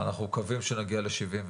אנחנו מקווים שנגיע ל-71.